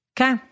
Okay